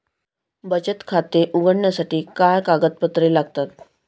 बचत खाते उघडण्यासाठी काय कागदपत्रे लागतात?